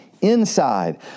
inside